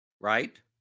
right